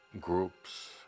groups